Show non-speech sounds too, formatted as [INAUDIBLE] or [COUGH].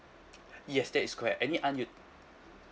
[NOISE] [BREATH] yes that is correct any unu~